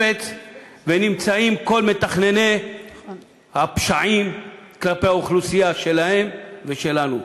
נמצאים חומרי נפץ ונמצאים כל מתכנני הפשעים כלפי האוכלוסייה שלהם ושלנו.